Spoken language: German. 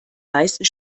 meisten